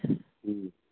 ꯎꯝ